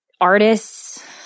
artists